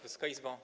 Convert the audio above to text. Wysoka Izbo!